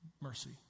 Mercy